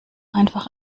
einfach